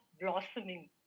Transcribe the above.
blossoming